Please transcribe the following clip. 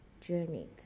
journey